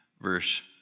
verse